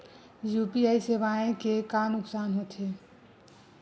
UPI सेवाएं के का नुकसान हो थे?